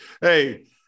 Hey